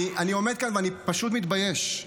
אני עומד כאן ואני פשוט מתבייש.